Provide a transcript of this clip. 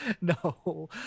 No